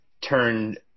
turned